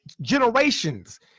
generations